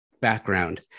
background